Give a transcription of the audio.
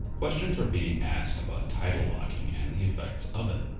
questions are being asked about tidal locking and the effects of it.